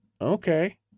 okay